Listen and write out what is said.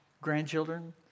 grandchildren